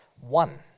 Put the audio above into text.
One